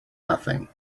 nothing